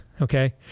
okay